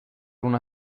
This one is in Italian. una